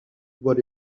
what